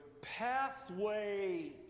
pathway